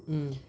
mm